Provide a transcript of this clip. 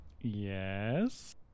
Yes